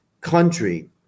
country